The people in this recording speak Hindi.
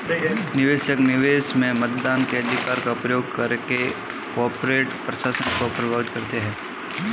निवेशक, निवेश में मतदान के अधिकार का प्रयोग करके कॉर्पोरेट प्रशासन को प्रभावित करते है